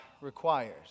requires